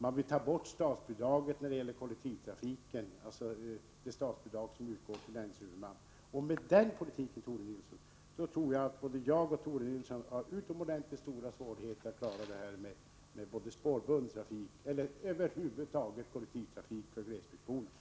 Man vill ta bort det statsbidrag för kollektivtrafiken som utgår till länshuvudmannen. Med den politiken, Tore Nilsson, tror jag att både Tore Nilsson och jag kommer att få utomordentligt stora svårigheter att klara spårbunden trafik eller kollektivtrafik över huvud taget för glesbygdsborna.